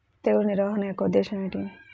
తెగులు నిర్వహణ యొక్క ఉద్దేశం ఏమిటి?